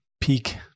peak